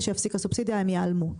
שיפסיקו להן את הסובסידיה הן ייעלמו.